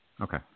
Okay